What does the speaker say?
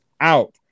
out